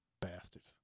Bastards